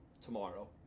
tomorrow